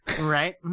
Right